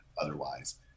otherwise